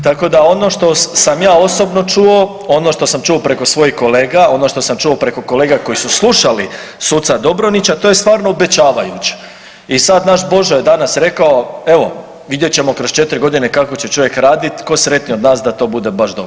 Tako da ono što sam ja osobno čuo, ono što sam čuo preko svojih kolega, ono što sam čuo preko kolega koji su slušali suca Dobronića to je stvarno obećavajuće i sad naš Božo je danas rekao evo vidjet ćemo kroz 4 godine kako će čovjek raditi, tko sretniji od nas da to bude baš dobro.